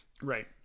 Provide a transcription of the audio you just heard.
Right